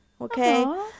okay